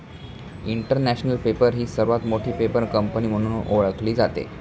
international Paper ही सर्वात मोठी पेपर कंपनी म्हणून ओळखली जाते